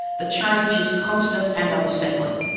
the change is constant and unsettling.